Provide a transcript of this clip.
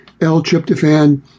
L-tryptophan